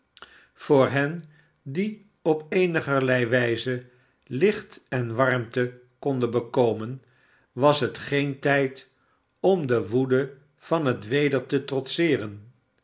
voor hen die op eenigerlei wijze licht en warmte konden bekomen was het geen tijd om de woede van het weder te trotseeren